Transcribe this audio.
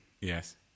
Yes